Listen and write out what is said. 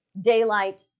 daylight